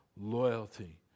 Loyalty